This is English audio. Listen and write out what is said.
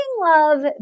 love